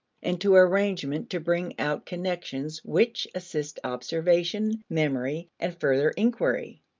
and to arrangement to bring out connections which assist observation, memory, and further inquiry.